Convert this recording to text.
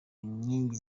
nkingi